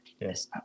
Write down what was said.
Yes